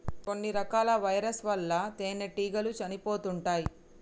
కొన్ని రకాల వైరస్ ల వల్ల తేనెటీగలు చనిపోతుంటాయ్